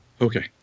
Okay